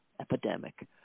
epidemic